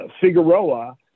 Figueroa